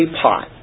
pot